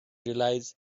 realized